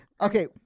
Okay